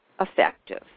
effective